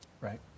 Right